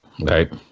Right